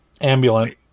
Ambulance